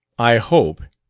i hope,